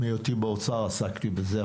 בהיותי באוצר עסקתי בזה,